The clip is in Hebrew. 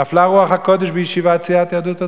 נפלה רוח הקודש בישיבת סיעת יהדות התורה,